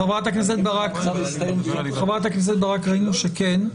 חברת הכנסת ברק, ראינו שכן.